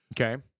Okay